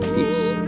Peace